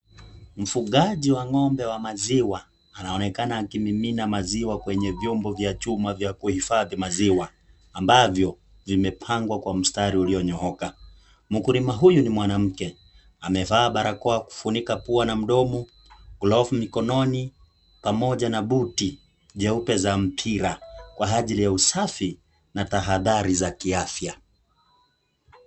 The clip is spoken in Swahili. Mfugaji wa ngombe wa maziwa anaonekana akimimina maziwa kwenye vyombo vya chuma vya kuhifadhi maziwa ambavyo vimepangwa kwa mstari ulionyooka . Mkulima huyu ni mwanamke amevaa barakoa kufunika pua na mdomo , glovu mkononi pamoja na buti jeupe za mpira kwa ajili ya usafi na tahadhari za kiafya.